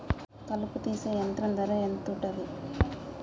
కలుపు తీసే యంత్రం ధర ఎంతుటది?